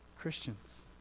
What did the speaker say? christians